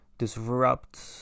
Disrupt